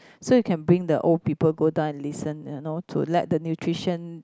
so you can bring the old people go down and listen you know to let the nutrition